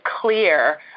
clear